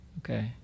Okay